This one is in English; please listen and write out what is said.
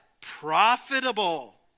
Profitable